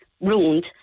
ruined